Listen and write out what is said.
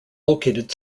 located